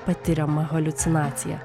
patiriama haliucinacija